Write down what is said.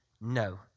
no